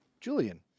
Julian